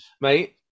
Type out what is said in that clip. Mate